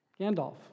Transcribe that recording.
Gandalf